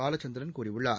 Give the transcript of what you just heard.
பாலச்சந்திரன் கூறியுள்ளார்